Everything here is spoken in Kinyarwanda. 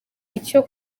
icyo